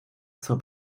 zur